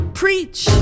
preach